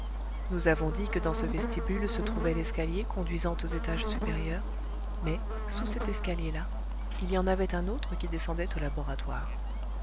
nous avons dit que dans ce vestibule se trouvait l'escalier conduisant aux étages supérieurs mais sous cet escalier là il y en avait un autre qui descendait au laboratoire